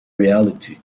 reality